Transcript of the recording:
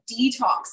detox